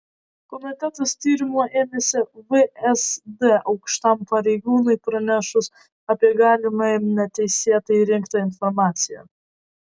komitetas tyrimo ėmėsi vsd aukštam pareigūnui pranešus apie galimai neteisėtai rinktą informaciją